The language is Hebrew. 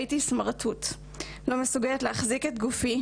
הייתי סמרטוט: לא מסוגלת להחזיק את גופי,